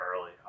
early